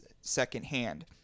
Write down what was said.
secondhand